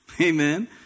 Amen